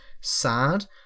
sad